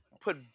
put